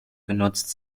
genutzt